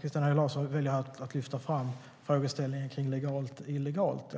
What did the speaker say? Christina Höj Larsen väljer här att lyfta fram frågeställningen om illegalt-legalt.